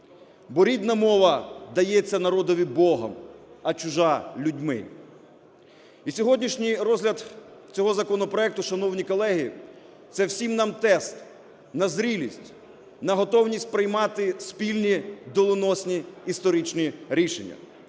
бо рідна мова дається народові Богом, а чужа – людьми. І сьогоднішній розгляд цього законопроекту, шановні колеги, це всім нам тест на зрілість, на готовність приймати спільні доленосні, історичні рішення.